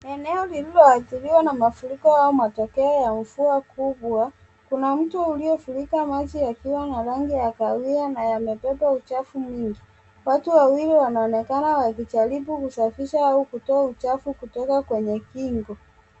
Eneo lililoathiriwa na mafuriko au matokeo ya mvua kubwa . Kuna mto uliofurika maji yakiwa na rangi ya kahawia na yamebeba uchafu mwingi. Watu wawili wanaonekana wakijaribu kusafisha au kutoa uchafu kutoka kwenye kingo.